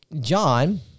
John